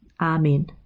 Amen